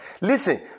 Listen